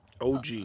OG